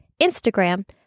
Instagram